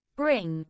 bring